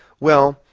well,